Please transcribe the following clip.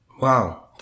Wow